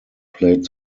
played